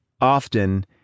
often